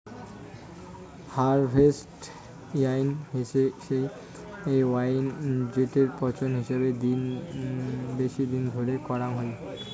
harvest ওয়াইন হসে সেই ওয়াইন জেটোর পচন বেশি দিন ধরে করাং হই